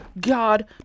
God